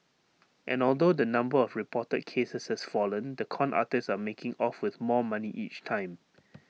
and although the number of reported cases has fallen the con artists are making off with more money each time